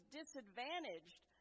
disadvantaged